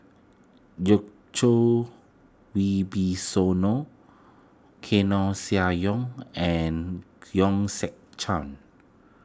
Wibisono Koeh Sia Yong and Hong Sek Chern